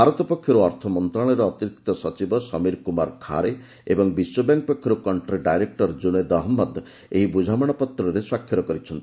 ଭାରତ ପକ୍ଷରୁ ଅର୍ଥମନ୍ତ୍ରଣାଳୟର ଅତିରିକ୍ତ ସଚିବ ସମୀର କୁମାର ଖାରେ ଏବଂ ବିଶ୍ୱବ୍ୟାଙ୍କ ପକ୍ଷରୁ କଣ୍ଟି ଡାଇରେକ୍ଟର ଜ୍ଜୁନେଦ ଅହଜ୍ଞଦ ଏହି ବୁଝାମଣାପତ୍ରରେ ସ୍ବାକ୍ଷର କରିଛନ୍ତି